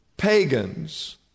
Pagans